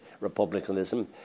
republicanism